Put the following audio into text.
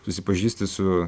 susipažįsti su